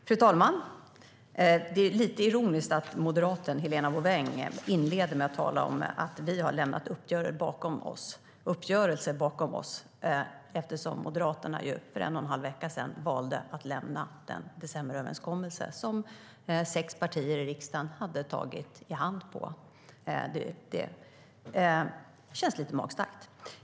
Fru talman! Det är lite ironiskt att moderaten Helena Bouveng inleder med att tala om att vi har lämnat en uppgörelse bakom oss. För en och en halv vecka sedan valde nämligen Moderaterna att lämna den decemberöverenskommelse som sex partier i riksdagen hade tagit i hand på. Det känns lite magstarkt.